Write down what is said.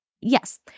Yes